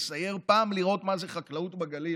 לסייר ולראות פעם מה זה חקלאות בגליל.